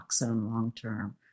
long-term